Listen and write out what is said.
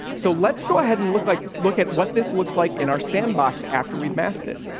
so let's go ahead and look like look at what this looks like in our sandbox after we've passed it.